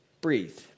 breathe